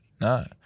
No